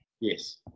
Yes